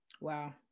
Wow